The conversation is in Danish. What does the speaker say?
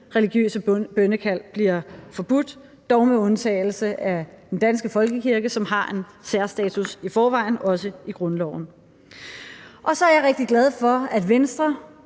religiøse bønnekald bliver forbudt, dog med undtagelse af den danske folkekirke, som har en særstatus i forvejen, også i grundloven. Så er jeg rigtig glad for, at Venstre,